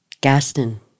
Gaston